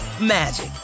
magic